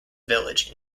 village